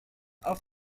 auf